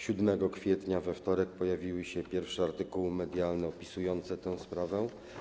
7 kwietnia we wtorek pojawiły się pierwsze artykuły medialne opisujące tę sprawę.